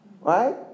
Right